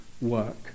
work